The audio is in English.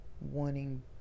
wanting